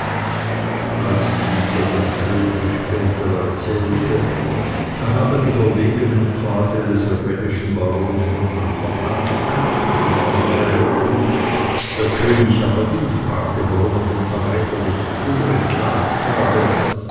als dieser dem könige später erzählte er habe die verwegenen pfade des rebellischen barons von anfang an gekannt und im auge behalten der könig aber ihn fragte warum er den verräter nicht früher entlarvt habe